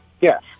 Yes